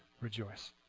rejoice